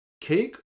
Cake